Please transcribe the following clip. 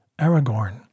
Aragorn